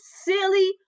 silly